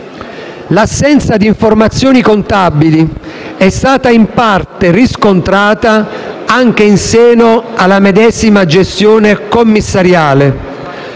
L'assenza di informazioni contabili è stata in parte riscontrata anche in seno alla medesima gestione commissariale,